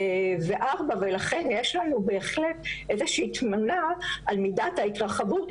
ולכן יש לנו בהחלט איזושהי תמונה על מידת ההתרחבות,